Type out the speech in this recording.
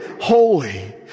holy